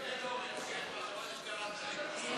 כן, אורן, שמעתי שקראת לי.